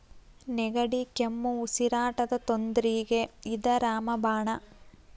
ನೆಗಡಿ, ಕೆಮ್ಮು, ಉಸಿರಾಟದ ತೊಂದ್ರಿಗೆ ಇದ ರಾಮ ಬಾಣ